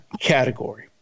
category